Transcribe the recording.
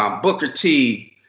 um booker t.